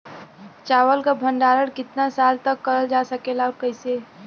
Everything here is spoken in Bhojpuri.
चावल क भण्डारण कितना साल तक करल जा सकेला और कइसे?